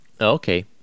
Okay